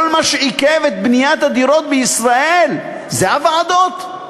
כל מה שעיכב את בניית הדירות בישראל זה הוועדות.